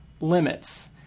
limits